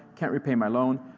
can't repay my loan.